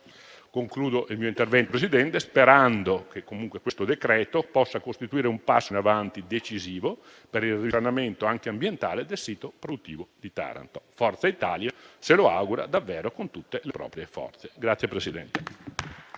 Concludo il mio intervento, signor Presidente, sperando che comunque questo decreto possa costituire un passo in avanti decisivo per il risanamento anche ambientale del sito produttivo di Taranto. Forza Italia se lo augura davvero con tutte le proprie forze.